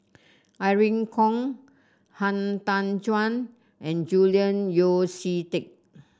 Irene Khong Han Tan Juan and Julian Yeo See Teck